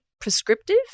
prescriptive